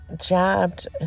jabbed